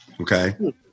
Okay